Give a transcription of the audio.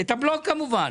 את הבלו כמובן.